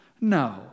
No